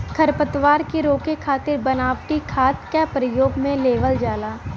खरपतवार के रोके खातिर बनावटी खाद क परयोग में लेवल जाला